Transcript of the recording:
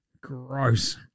Gross